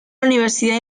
universidad